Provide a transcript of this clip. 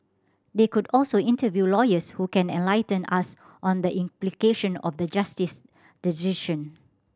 they could also interview lawyers who can enlighten us on the implication of the Justice's decision